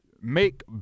make